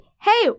Hey